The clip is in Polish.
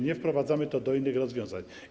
Nie wprowadzamy tego do innych rozwiązań.